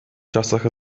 czasach